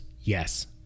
yes